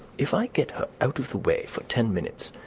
if i get her out of the way for ten minutes,